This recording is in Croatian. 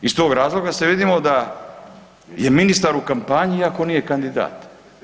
Iz tog razloga se vidi da je ministar u kampanji iako nije kandidat.